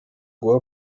guha